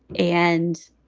and.